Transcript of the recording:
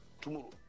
tomorrow